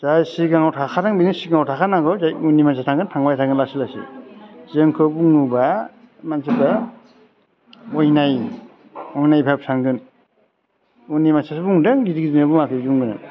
जाय सिगाङाव थाखानाय बिसोर सिगाङाव थाखानांगौ जाय उननि मानसिया थांगोन थांबाय थागोन लासै लासै जोंखौ बुङोबा मानसिफ्रा अयनाय अयनाय भाब सानगोन उननि मानसिफ्रासो बुंदों गिदिर गिदिरा बुङाखै बुंगोन